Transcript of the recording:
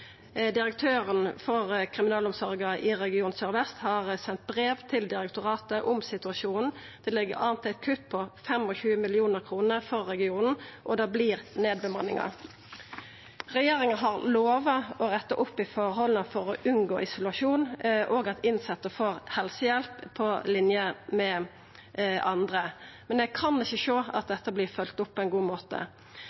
Direktøren for kriminalomsorga i region Sør-Vest har sendt brev til direktoratet om situasjonen. Det ligg an til eit kutt på 25 mill. kr for regionen, og det vert nedbemanningar. Regjeringa har lova å retta opp i forholda for å unngå isolasjon, og at innsette får helsehjelp på linje med andre, men eg kan ikkje sjå at